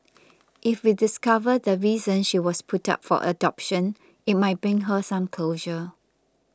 if we discover the reason she was put up for adoption it might bring her some closure